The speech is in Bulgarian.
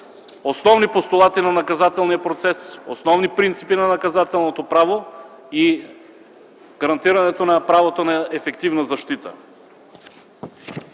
основни постулати на наказателния процес, основни принципи на наказателното право и гарантирането на правото на ефективна защита